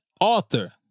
author